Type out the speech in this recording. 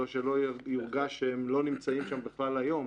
שלא יורגש שהם לא נמצאים שם בכלל היום,